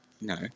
No